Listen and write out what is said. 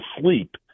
sleep